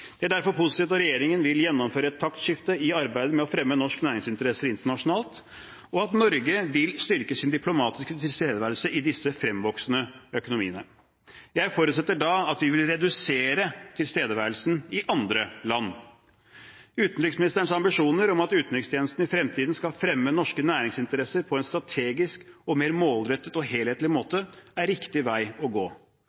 Det er derfor positivt at regjeringen vil gjennomføre et taktskifte i arbeidet med å fremme norske næringsinteresser internasjonalt, og at Norge vil styrke sin diplomatiske tilstedeværelse i disse fremvoksende økonomiene. Jeg forutsetter da at vi vil redusere tilstedeværelsen i andre land. Utenriksministerens ambisjoner om at utenrikstjenesten i fremtiden skal fremme norske næringsinteresser på en strategisk og mer målrettet og helhetlig